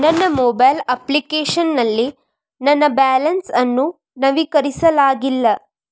ನನ್ನ mobile application ನಲ್ಲಿ ನನ್ನ ಬ್ಯಾಲೆನ್ಸ್ ಅನ್ನು ನವೀಕರಿಸಲಾಗಿಲ್ಲ